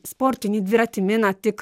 sportinį dviratį mina tik